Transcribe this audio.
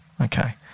Okay